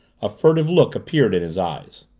a furtive look appeared in his eyes.